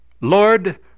Lord